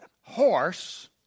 horse